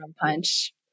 punch